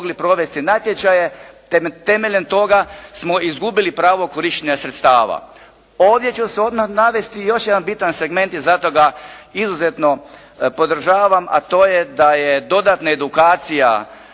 mogli provesti natječaje. Temeljem toga smo izgubili pravo korištenja sredstava. Ovdje ću odmah navesti još jedan bitan segment zato da izuzetno podržavam, a to je da je dodatna edukacija